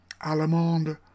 Allemande